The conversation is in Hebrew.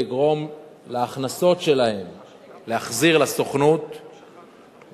לגרום להחזיר לסוכנות את ההכנסות שלהם,